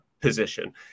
position